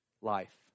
life